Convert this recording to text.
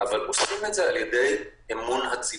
אבל, עושים את זה על-ידי אמון הציבור.